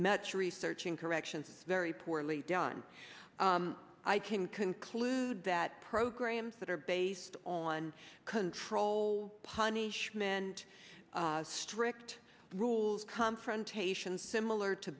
much research in corrections is very poorly done i can conclude that programs that are based on control punishment strict rules confrontations similar to